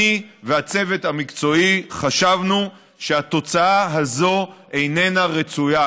אני והצוות המקצועי חשבנו שהתוצאה הזאת איננה רצויה.